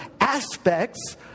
aspects